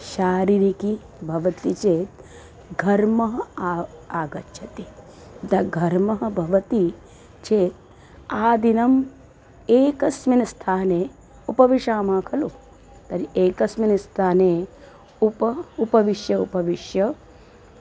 शारीरिकं भवति चेत् घर्मः आग् आगच्छति यदा घर्मः भवति चेत् आदिनम् एकस्मिन् स्थाने उपविशामः खलु तर्हि एकस्मिन् स्थाने उप उपविश्य उपविश्य